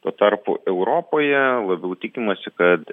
tuo tarpu europoje labiau tikimasi kad